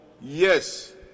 Yes